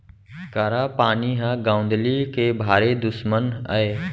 करा पानी ह गौंदली के भारी दुस्मन अय